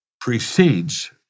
precedes